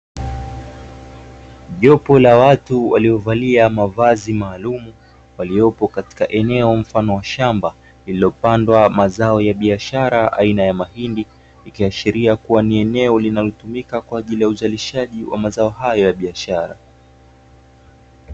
Jopo la watu waliovalia mavazi maalumu, waliopo katika eneo mfano wa shamba lililopandwa mazao ya biashara aina ya mahindi, ikiashiria kuwa ni eneo linalotumika kwa ajili ya uzalishaji wa mazao haya ya biashara.